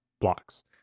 blocks